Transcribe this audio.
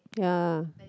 ya